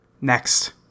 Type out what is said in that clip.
Next